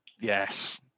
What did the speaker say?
Yes